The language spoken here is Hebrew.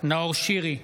נאור שירי,